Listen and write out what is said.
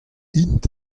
int